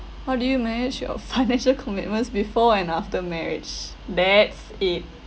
how do you manage your financial commitments before and after marriage that's it